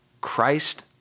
Christ